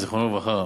זיכרונו לברכה,